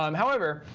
um however,